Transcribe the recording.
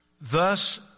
Thus